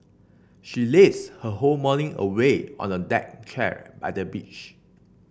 she lazed her whole morning away on the deck chair by the beach